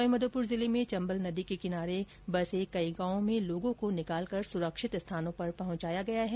सवाई माधोपुर जिले में चम्बल नॅदी के किनारे बसे कई गांवों में लोगों को निकालकर सुरक्षित स्थानों पर पहुंचाया गया है